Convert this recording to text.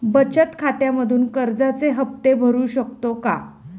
बचत खात्यामधून कर्जाचे हफ्ते भरू शकतो का?